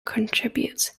contributed